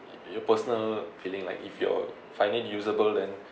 your personal feeling like if you find it usable then